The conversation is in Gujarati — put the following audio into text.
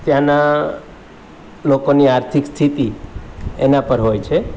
ત્યાંનાં લોકોની આર્થિક સ્થિતિ એના પર હોય છે